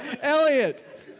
Elliot